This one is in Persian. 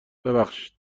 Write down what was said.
ببخشید